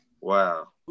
Wow